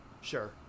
Sure